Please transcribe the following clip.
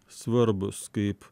svarbūs kaip